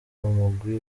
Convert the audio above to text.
mugwi